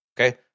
Okay